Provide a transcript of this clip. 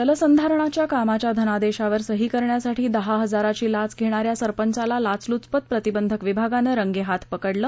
जलसंधारणाच्या कामाच्या धनादेशावर सही करण्यासाठी दहा हजाराची लाच धेणा या सरपंचाला लाचलुचपत प्रतिबंधक विभागानं रंगेहाथ पकडलं